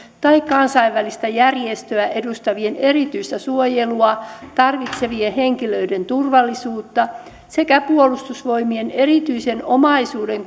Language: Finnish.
tai kansainvälistä järjestöä edustavien erityistä suojelua tarvitsevien henkilöiden turvallisuutta sekä suojata puolustusvoimien erityisen omaisuuden